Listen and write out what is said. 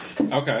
Okay